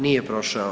Nije prošao.